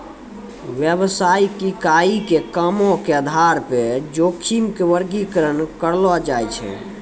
व्यवसायिक इकाई के कामो के आधार पे जोखिम के वर्गीकरण करलो जाय छै